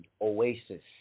oasis